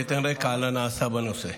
אתן רקע על הנעשה בנושא.